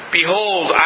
Behold